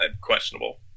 questionable